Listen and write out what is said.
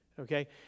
Okay